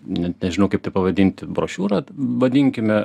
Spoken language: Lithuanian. net nežinau kaip tai pavadinti brošiūrą vadinkime